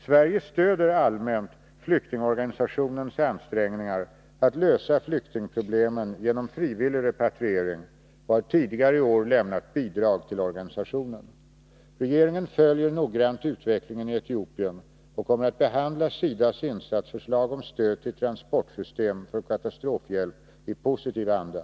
Sverige stöder allmänt i Etiopien flyktingorganisationens ansträngningar att lösa flyktingproblemen genom frivillig repatriering och har tidigare i år lämnat bidrag till organisationen. Regeringen följer noggrant utvecklingen i Etiopien och kommer att behandla SIDA:s insatsförslag om stöd till ett transportsystem för katastrofhjälp i positiv anda.